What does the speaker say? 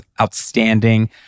outstanding